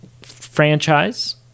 franchise